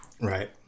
Right